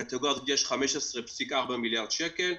לקטגוריה הזאת יש 15.4 מיליארד שקל.